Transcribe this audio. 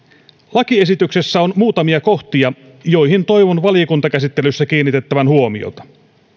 lakiesityksessä on muutamia kohtia joihin toivon valiokuntakäsittelyssä kiinnitettävän huomiota